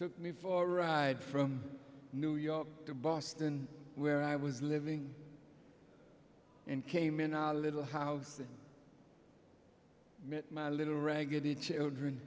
took me for a ride from new york to boston where i was living and came in little house little raggedy children